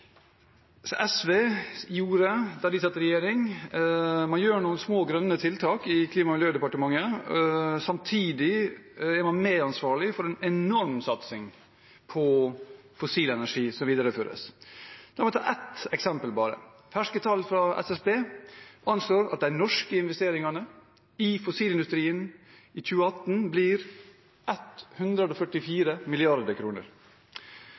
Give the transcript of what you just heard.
SV gjorde da de satt i regjering. Man gjør noen små grønne tiltak i Klima- og miljødepartementet. Samtidig er man medansvarlig for en enorm satsing på fossil energi, som videreføres. La meg ta ett eksempel bare: Ferske tall fra SSB anslår at de norske investeringene i fossilindustrien i 2018 blir